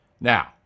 Now